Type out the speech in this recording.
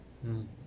mm